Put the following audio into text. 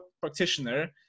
practitioner